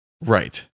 Right